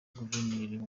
guverineri